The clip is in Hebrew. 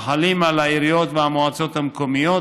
החלים על העיריות והמועצות המקומיות,